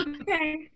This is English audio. okay